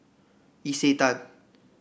isetan